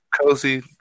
cozy